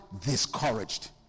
discouraged